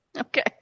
okay